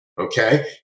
Okay